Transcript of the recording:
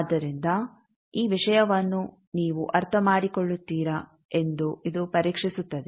ಆದ್ದರಿಂದ ಈ ವಿಷಯವನ್ನು ನೀವು ಅರ್ಥಮಾಡಿಕೊಳ್ಳುತ್ತೀರಾ ಎಂದು ಇದು ಪರೀಕ್ಷಿಸುತ್ತದೆ